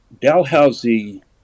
Dalhousie